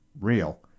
real